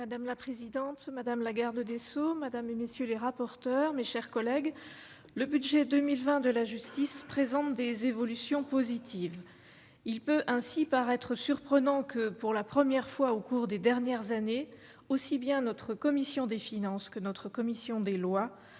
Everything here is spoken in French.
Madame la présidente, madame la garde des sceaux, Madame et messieurs les rapporteurs, mes chers collègues, le budget 2020 de la justice présente des évolutions positives, il peut ainsi paraître surprenant que pour la première fois au cours des dernières années, aussi bien notre commission des finances que notre commission des Lois